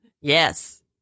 yes